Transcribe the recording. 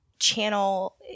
channel